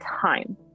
time